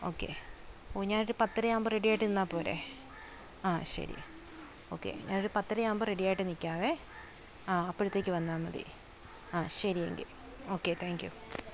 okay ഓ ഞാനൊരു പത്തര ആകുമ്പോൾ റെഡിയായിട്ട് നിന്നാൽ പോരെ ആ ശരി ഓക്കെ ഞാനൊരു പത്തര ആകുമ്പോൾ റെഡിയായിട്ട് നിൽക്കാവേ ആ അപ്പോഴത്തേക്ക് വന്നാൽ മതി ആ ശരിയെങ്കിൽ ഓക്കെ താങ്ക് യൂ